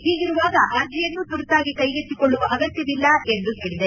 ಹೀಗಿರುವಾಗ ಅರ್ಜೆಯನ್ನು ತುರ್ತಾಗಿ ಕೈಗೆತ್ತಿಕೊಳ್ಳುವ ಅಗತ್ವವಿಲ್ಲ ಎಂದು ಹೇಳಿದೆ